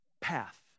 path